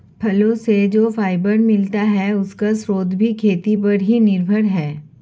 फलो से जो फाइबर मिलता है, उसका स्रोत भी खेती पर ही निर्भर है